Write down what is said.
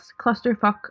clusterfuck